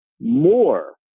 more